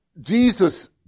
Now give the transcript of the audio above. Jesus